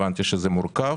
הבנתי שזה מורכב.